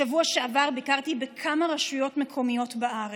בשבוע שעבר ביקרתי בכמה רשויות מקומיות בארץ,